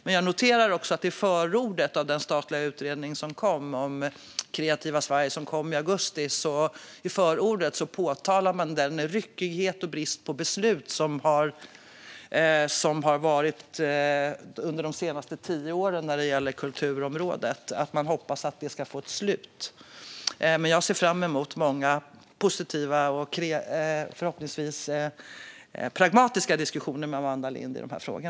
Men jag noterar också att man i förordet till den statliga utredning om det kreativa Sverige som kom i augusti påtalar den ryckighet och brist på beslut som har rått under de senaste tio åren när det gäller kulturområdet; man hoppas att detta ska få ett slut. Jag ser fram emot många positiva och förhoppningsvis pragmatiska diskussioner med Amanda Lind i dessa frågor.